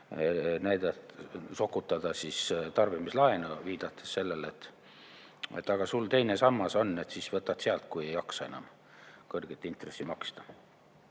sokutada inimestele tarbimislaenu, viidates sellele, et aga sul teine sammas on, küll võtad sealt, kui ei jaksa enam kõrget intressi maksta.